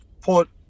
put